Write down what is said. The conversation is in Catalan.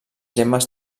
gemmes